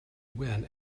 win